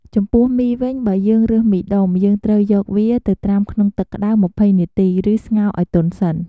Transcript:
ចំពោះមីវិញ បើយើងរើសមីដុំ យើងត្រូវយកវាទៅត្រាំក្នុងទឹកក្តៅ ២០នាទី ឬស្ងោរឱ្យទន់សិន។